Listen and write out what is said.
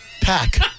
Pack